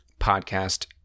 podcast